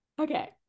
Okay